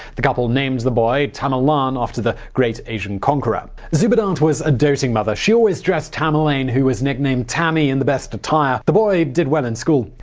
the couple named the boy tamerlan, after the great asian conqueror. zubeidat was a doting mother. she always dressed tamerlane, who was nicknamed tami, in the best attire. the boy did well in school.